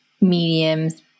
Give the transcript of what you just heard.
mediums